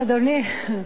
בבקשה.